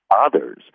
others